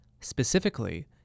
specifically